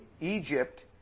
Egypt